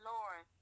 Lord